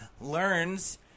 learns